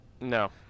No